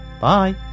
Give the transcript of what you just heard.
bye